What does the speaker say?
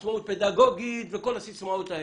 עצמאות פדגוגית ועוד סיסמאות.